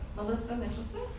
melissa mitchelson.